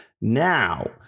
Now